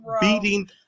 beating